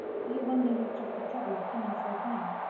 i wonder you took the trouble of coming so far.